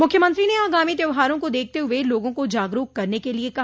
मुख्यमंत्री ने आगामी त्यौहारों को देखते हुए लोगों को जागरूक करने के लिये कहा